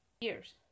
years